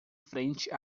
frente